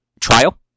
trial